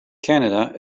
canada